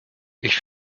ich